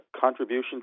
contribution